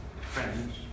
friends